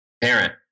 Parent